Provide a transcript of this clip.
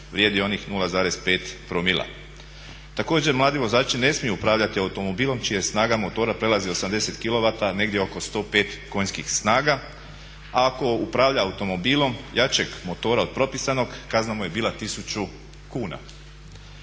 vrijedi onih 0,5 promila. Također mladi vozači ne smiju upravljati automobilom čija snaga motora prelazi 80 kilovata, negdje oko 105 konjskih snaga a ako upravlja automobilom jačeg motora od propisanog kazna mu je bila 1000 kuna.